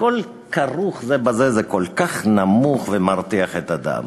הכול כרוך זה בזה, זה כל כך נמוך ומרתיח את הדם.